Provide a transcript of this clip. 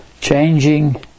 changing